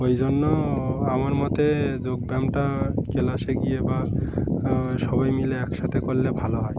ওই জন্য আমার মতে যোগ ব্য্যায়ামটা কে সে গিয়ে বা সবাই মিলে একসাথে করলে ভালো হয়